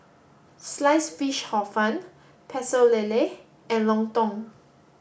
sliced fish Hor fun Pecel Lele and Lontong